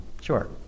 sure